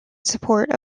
support